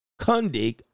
Kundig